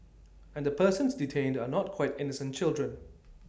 and the persons detained are not quite innocent children